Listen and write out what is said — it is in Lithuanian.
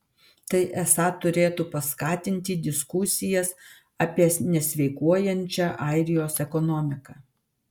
tai esą turėtų paskatinti diskusijas apie nesveikuojančią airijos ekonomiką